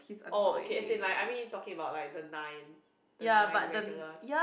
oh okay as in like I mean talking about the nine the nine regulars